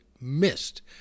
missed